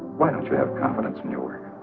why don't you have confidence in your.